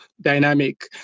dynamic